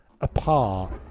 apart